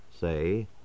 say